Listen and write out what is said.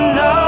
no